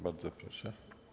Bardzo proszę.